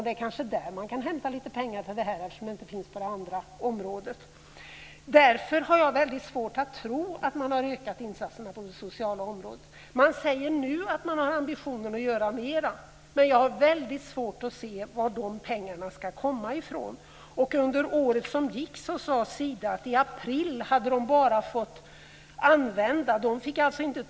Därifrån kanske man kan hämta lite pengar till detta eftersom det inte finns på det andra området. Jag har därför väldigt svårt att tro att insatserna har ökats på det sociala området. Man säger nu att man har ambitionen att göra mera, men jag har väldigt svårt att se var dessa pengar ska komma ifrån. Under året som gick fick Sida inte ta ut mer än hälften av sitt anslag till östbiståndet.